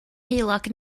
heulog